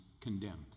condemned